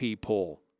poll